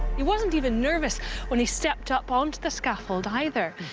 he wasn't even nervous when he stepped up onto the scaffold, either.